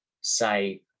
say